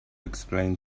explain